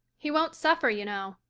he won't suffer, you know,